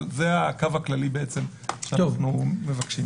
אבל זה הקו הכללי שאנחנו מבקשים.